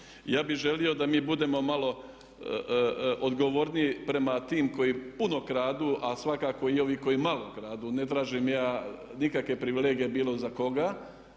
Ja bih želio da mi budemo malo odgovorniji prema tim koji puno kradu, ali svakako i ovi koji malo kradu. Ne tražim ja nikakve privilegije bilo za koga,